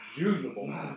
usable